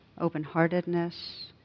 open-heartedness